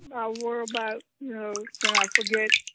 i worry about you know, when i forget